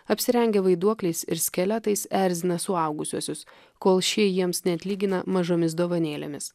apsirengę vaiduokliais ir skeletais erzina suaugusiuosius kol šie jiems neatlygina mažomis dovanėlėmis